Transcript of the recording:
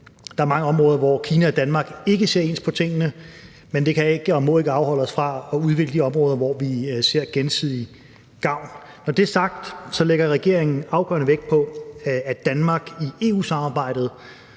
Der er mange områder, hvor Kina og Danmark ikke ser ens på tingene, men det kan ikke og må ikke afholde os fra at udvikle de områder, hvor vi ser gensidig gavn af forholdet. Når det er sagt, lægger regeringen afgørende vægt på, at Danmark står sammen